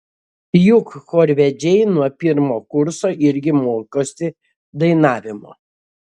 juk chorvedžiai nuo pirmo kurso irgi mokosi dainavimo